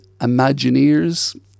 imagineers